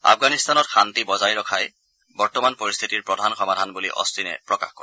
আফগানিস্তানত শান্তি বজাই ৰখাই বৰ্তমান পৰিস্থিতিৰ প্ৰধান সমাধান বুলি অষ্টিনে প্ৰকাশ কৰে